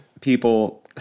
People